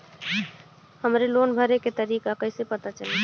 हमरे लोन भरे के तारीख कईसे पता चली?